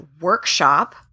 workshop